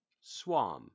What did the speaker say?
Swam